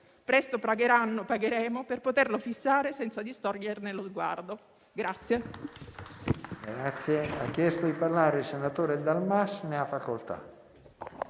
Presto pagheranno, pagheremo, per poterlo fissare senza distogliere lo sguardo.